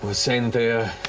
ah saying they